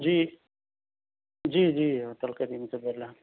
جی جی جی ہوٹل کریم سے بول رہے ہیں